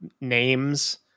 names